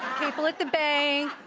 people at the bank,